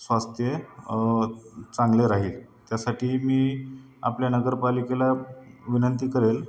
स्वास्थ्य चांगले राहील त्यासाठी मी आपल्या नगरपालिकेला विनंती करेल